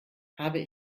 habe